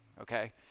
okay